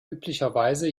üblicherweise